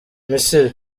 misiri